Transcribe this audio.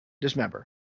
dismember